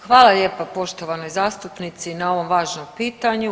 Hvala lijepa poštovanoj zastupnici na ovom važnom pitanju.